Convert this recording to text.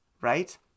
right